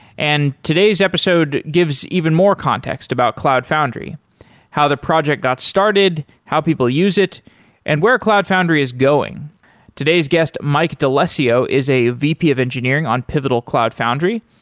and today's episode gives even more context about cloud foundry how the project got started, how people use it and where cloud foundry is going today's guest, mike dalessio is a vp of engineering on pivotal cloud foundry.